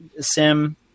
Sim